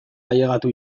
ailegatu